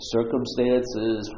Circumstances